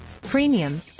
premium